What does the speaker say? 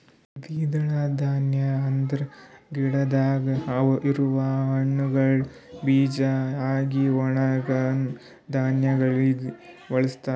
ದ್ವಿದಳ ಧಾನ್ಯ ಅಂದುರ್ ಗಿಡದಾಗ್ ಇರವು ಹಣ್ಣುಗೊಳ್ ಬೀಜ ಆಗಿ ಒಣುಗನಾ ಧಾನ್ಯಗೊಳಾಗಿ ಬಳಸ್ತಾರ್